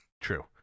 True